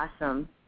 Awesome